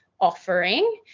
offering